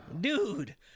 Dude